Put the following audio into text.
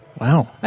Wow